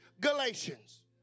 Galatians